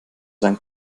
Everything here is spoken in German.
sein